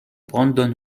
brandon